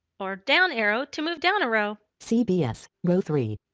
or down arrow to move down a row. cbs, row three.